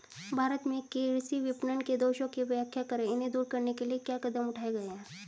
भारत में कृषि विपणन के दोषों की व्याख्या करें इन्हें दूर करने के लिए क्या कदम उठाए गए हैं?